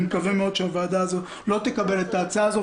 אני מקווה מאוד שהוועדה הזאת לא תקבל את ההצעה הזאת.